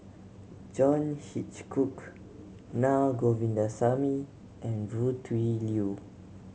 John Hitchcock Na Govindasamy and Foo Tui Liew